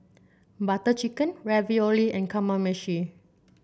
Butter Chicken Ravioli and Kamameshi